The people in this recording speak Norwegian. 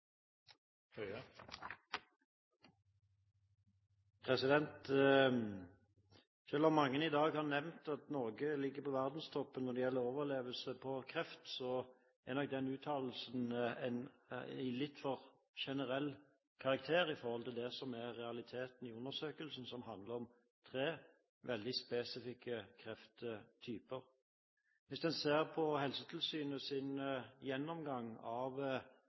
bifalles. Selv om mange i dag har nevnt at Norge ligger på verdenstoppen når det gjelder å overleve kreft, er nok den uttalelsen av en litt for generell karakter med tanke på det som er realiteten i undersøkelsen, som omhandler tre veldig spesifikke krefttyper. Hvis en ser på Helsetilsynets gjennomgang av